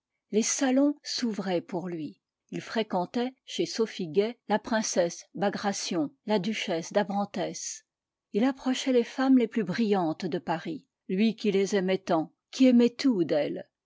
les salons s'ouvraient pour lui il fréquentait chez sophie gay la princesse bagration la duchesse d'abrantès il approchait les femmes les plus brillantes de paris lui qui les aimait tant qui aimait tout d'elles